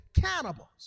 cannibals